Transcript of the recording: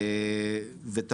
בנוסף,